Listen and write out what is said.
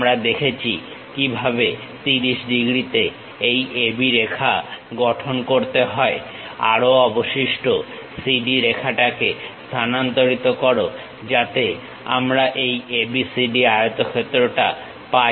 আমরা দেখেছি কিভাবে 30 ডিগ্রীতে এই AB রেখা গঠন করতে হয় আরো অবশিষ্ট CD রেখাটাকে স্থানান্তরিত করো যাতে আমরা এই ABCD আয়তক্ষেত্রটা পাই